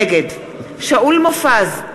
נגד שאול מופז,